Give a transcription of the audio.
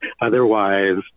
Otherwise